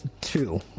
two